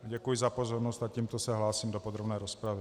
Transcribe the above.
Děkuji za pozornost a tímto se hlásím do podrobné rozpravy.